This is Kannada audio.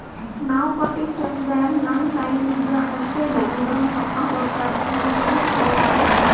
ನಾವ್ ಕೊಟ್ಟಿದ್ದ್ ಚೆಕ್ಕ್ದಾಗ್ ನಮ್ ಸೈನ್ ಇದ್ರ್ ಅಷ್ಟೇ ಬ್ಯಾಂಕ್ದವ್ರು ರೊಕ್ಕಾ ಕೊಡ್ತಾರ ಇಲ್ಲಂದ್ರ ಕೊಡಲ್ಲ